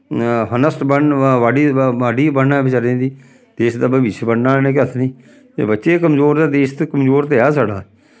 honest बनन बाडी बाडी बी बनन बचैरें दी देश दा भविश्य बनना इ'नें केह् आखदे निं एह् बच्चे गै कमजोर ते देश ते कमजोर ते है साढ़ा